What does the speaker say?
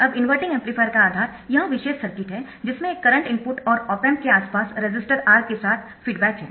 अब inverting amplifier का आधार यह विशेष सर्किट है जिसमें एक करंट इनपुट और ऑप एम्प के आस पास रेसिस्टर R के साथ फीडबैक है